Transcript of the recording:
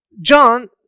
John